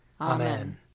Amen